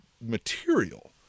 material